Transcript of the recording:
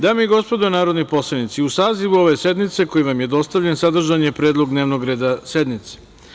Dame i gospodo narodni poslanici, uz saziv ove sednice koji vam je dostavljen sadržan je predlog dnevnog reda sednice.